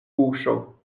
buŝo